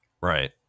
right